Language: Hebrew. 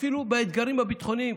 אפילו באתגרים הביטחוניים.